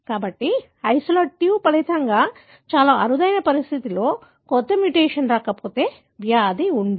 కాబట్టి ఐసోలేట్ 2 ఫలితంగా చాలా అరుదైన పరిస్థితిలో కొత్త మ్యుటేషన్ రాకపోతే వ్యాధి ఉండదు